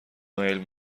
نایل